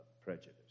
prejudice